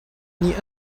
nih